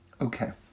Okay